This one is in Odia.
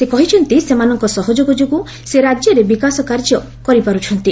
ସେ କହିଛନ୍ତି ସେମାନଙ୍କ ସହଯୋଗ ଯୋଗୁଁ ସେ ରାଜ୍ୟରେ ବିକାଶ କାର୍ଯ୍ୟ କରିପାରୁଛନ୍ତି